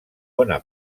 bona